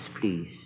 please